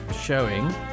showing